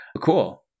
Cool